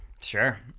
Sure